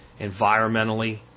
environmentally